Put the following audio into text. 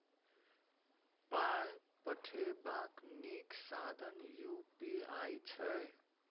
पाय पठेबाक नीक साधन यू.पी.आई छै